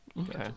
okay